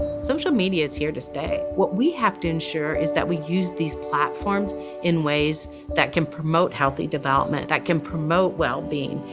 social media is here to stay. what we have to ensure is that we use these platforms in ways that can promote healthy development, that can promote wellbeing,